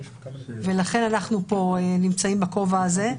לכן אנחנו נמצאים כאן בכובע הזה.